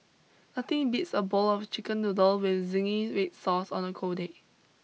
but digital apply applications within the heritage community need not always be linked to modernity